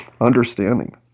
understanding